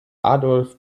adolf